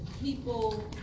people